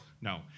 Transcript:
no